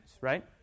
right